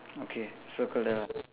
okay circle that ah